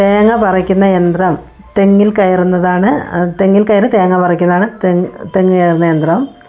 തേങ്ങ പറിക്കുന്ന യന്ത്രം തെങ്ങിൽ കയറുന്നതാണ് തെങ്ങിൽ കയറി തേങ്ങ പറിക്കുന്നത് ആണ് തെങ്ങ് തെങ്ങ് കയറുന്ന യന്ത്രം